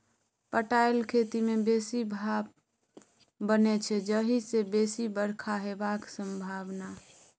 पटाएल खेत मे बेसी भाफ बनै छै जाहि सँ बेसी बरखा हेबाक संभाबना